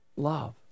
Love